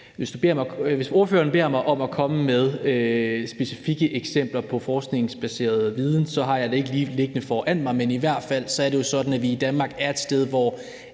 Hvis ordføreren beder mig om at komme med specifikke eksempler på forskningsbaseret viden, har jeg det ikke lige liggende foran mig, men i hvert fald er det jo sådan, at vi i Danmark er et sted, hvor